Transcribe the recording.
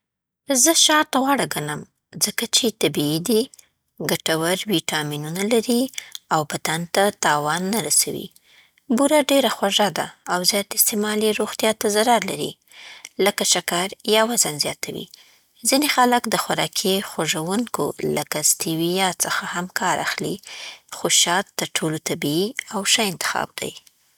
زه شات غوره ګڼم، ځکه چې طبیعي دي، ګټور ویټامینونه لري، او بدن ته تاوان نه رسوي. بوره ډېره خوږه ده او زیات استعمال یې روغتیا ته ضرر لري، لکه شکر یا وزن زیاتوي. ځینې خلک د خوراکي خوږونکو لکه سټیویا څخه هم کار اخلي، خو شات تر ټولو طبیعي او ښه انتخاب دی.